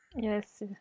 Yes